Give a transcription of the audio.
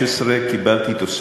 האם יש מישהו או מישהי שלא קראו בשמם